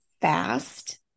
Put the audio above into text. fast